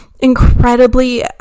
incredibly